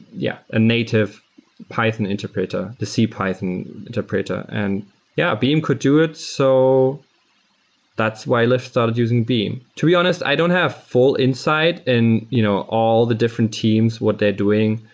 yeah, a native python interpreter, the c python interpreter. and yeah, beam could do it. so that's why lyft started using beam. to be honest, i don't have full insight in you know all the different teams what they're doing.